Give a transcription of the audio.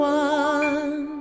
one